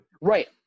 Right